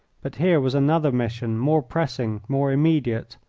but here was another mission, more pressing, more immediate,